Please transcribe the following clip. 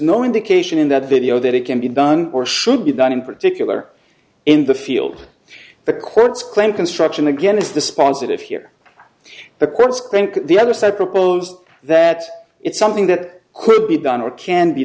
no indication in that video that it can be done or should be done in particular in the field the courts claim construction again is the sponsored if here the courts think the other side proposed that it's something that could be done or can be